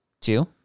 Two